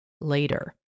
later